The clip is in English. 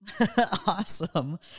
Awesome